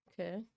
okay